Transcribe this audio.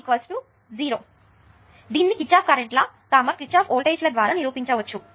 p r0 దీనిని Kirchhoff current law Kirchhoff voltage law ద్వారా నిరూపించవచ్చు